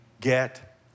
get